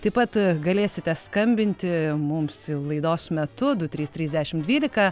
taip pat galėsite skambinti mums laidos metu du trys trys dešimt dvylika